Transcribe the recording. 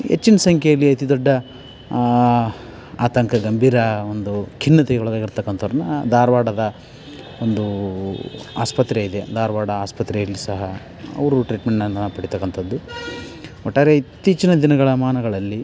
ಹೆಚ್ಚಿನ್ ಸಂಖ್ಯೆಯಲ್ಲಿ ಅತಿ ದೊಡ್ಡ ಆತಂಕ ಗಂಭೀರ ಒಂದು ಖಿನ್ನತೆಗೊಳಗಾಗಿರ್ತಕ್ಕಂತವ್ರನ್ನ ಧಾರವಾಡದ ಒಂದು ಆಸ್ಪತ್ರೆಯಿದೆ ಧಾರವಾಡ ಆಸ್ಪತ್ರೆಯಲ್ಲಿ ಸಹ ಅವರು ಟ್ರೀಟ್ಮೆಂಟನ್ನು ಪಡಿತಕ್ಕಂತದ್ದು ಒಟ್ಟಾರೆ ಇತ್ತೀಚಿನ ದಿನಗಳ ಮಾನಗಳಲ್ಲಿ